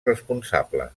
responsable